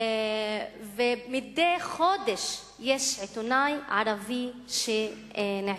ומדי חודש יש עיתונאי ערבי שנעצר.